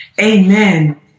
Amen